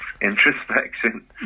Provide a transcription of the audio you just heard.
introspection